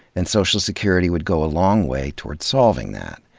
and social security would go a long way toward solving that.